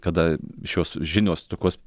kada šios žinios tokios